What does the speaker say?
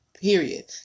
Period